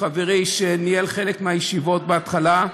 לאורי מקלב חברי, שניהל חלק מהישיבות בהתחלה,